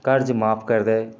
कर्ज माफ करि दै